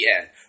end